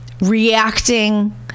reacting